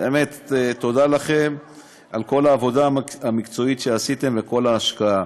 באמת תודה לכם על כל העבודה המקצועית שעשיתם ועל כל ההשקעה,